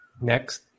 next